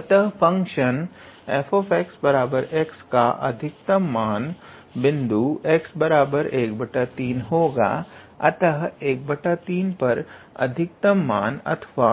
अतः फंक्शन 𝑓𝑥 𝑥 का अधिकतम मान बिंदु 𝑥 13 होगा अतः 13 पर अधिकतम मान अथवा